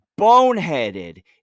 boneheaded